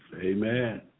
Amen